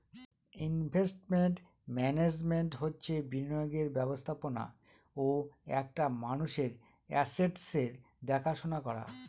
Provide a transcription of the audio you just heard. investment management হচ্ছে বিনিয়োগের ব্যবস্থাপনা ও একটা মানুষের আসেটসের দেখাশোনা করা